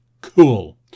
Cool